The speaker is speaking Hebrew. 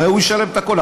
הרי הוא ישלם את הכול,